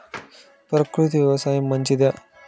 ప్రకృతి వ్యవసాయం మంచిదా?